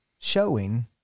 showing